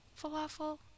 falafel